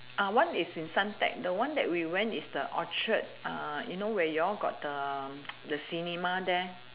one is in Suntec the one that we went is the orchard you know where you all got the the cinema there